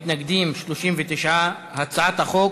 מתנגדים, 39. הצעת החוק